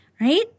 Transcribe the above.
right